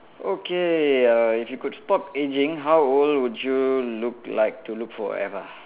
okay uh if you could stop aging how old would you look like to look forever